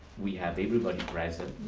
we have everybody present,